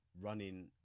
running